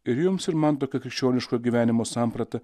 ir jums ir man tokia krikščioniško gyvenimo samprata